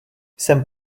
jsem